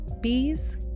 Bees